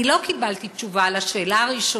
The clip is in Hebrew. אני לא קיבלתי תשובה על השאלה הראשונה: